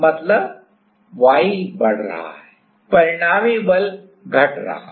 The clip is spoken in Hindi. मतलब जब y बढ़ रहा है परिणामी बल घट रहा है